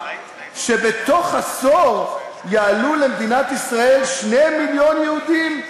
שבתוך עשור יעלו למדינת ישראל 2 מיליון יהודים.